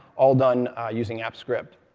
all done using apps script.